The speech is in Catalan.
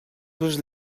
dues